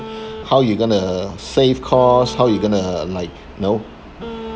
how you going to save costs how you going to like you know